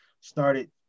started